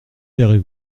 payerez